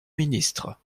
ministre